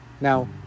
Now